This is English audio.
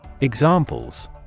Examples